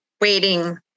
waiting